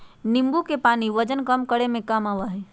नींबू के पानी वजन कम करे में काम आवा हई